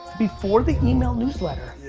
before the email newsletter,